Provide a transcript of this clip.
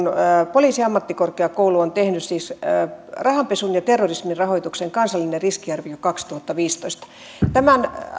poliisiammattikorkeakoulu on tehnyt raportin rahanpesun ja terrorismin rahoituksen kansallinen riskiarvio kaksituhattaviisitoista tämän